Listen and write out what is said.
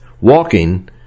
walking